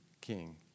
king